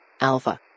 Alpha